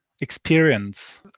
experience